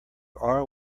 are